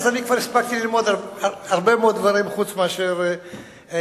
אז כבר הספקתי ללמוד הרבה מאוד דברים חוץ מאשר הצבא.